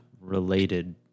related